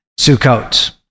Sukkot